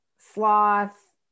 sloth